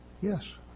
Yes